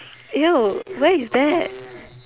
where is that